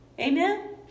Amen